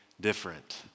different